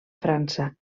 frança